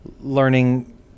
learning